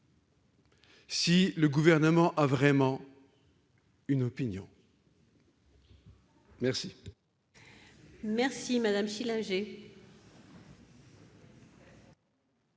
si le Gouvernement a vraiment une opinion. C'est